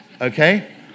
Okay